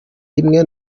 rimwe